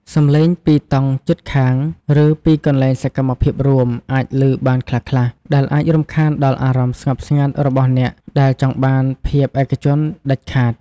សំឡេងពីតង់ជិតខាង ឬពីកន្លែងសកម្មភាពរួម អាចលឺបានខ្លះៗ ដែលអាចរំខានដល់អារម្មណ៍ស្ងប់ស្ងាត់របស់អ្នកដែលចង់បានភាពឯកជនដាច់ខាត។